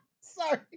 Sorry